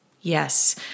Yes